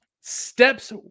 steps